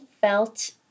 felt